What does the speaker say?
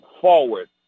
forward